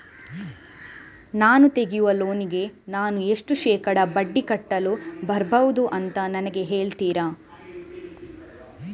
ನಾನು ತೆಗಿಯುವ ಲೋನಿಗೆ ನಾನು ಎಷ್ಟು ಶೇಕಡಾ ಬಡ್ಡಿ ಕಟ್ಟಲು ಬರ್ಬಹುದು ಅಂತ ನನಗೆ ಹೇಳ್ತೀರಾ?